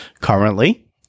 Currently